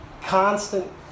constant